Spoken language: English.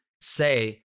say